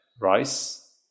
rice